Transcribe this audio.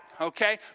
okay